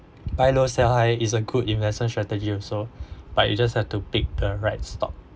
buy low sell high is a good investment strategy also but you just have to pick the right stop